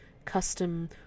custom